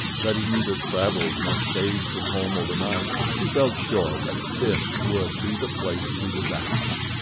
that he neither travelled nor stayed from home overnight, he felt sure that this would be the place he was after.